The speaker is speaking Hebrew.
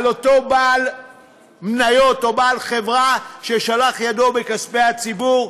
אותו בעל מניות או בעל חברה ששלח ידו בכספי הציבור?